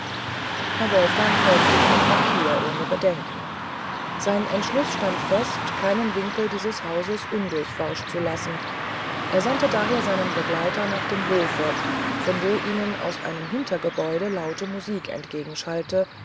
herr wolfgang folgte ihm auch hier ohne bedenken sein entschluß stand fest keinen winkel dieses hauses undurchforscht zu lassen er sandte daher seinen begleiter nach dem hofe von wo ihnen aus einem hintergebäude laute musik